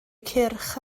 cyrch